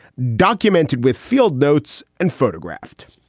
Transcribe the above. documented with field notes and photographed.